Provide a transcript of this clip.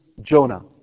Jonah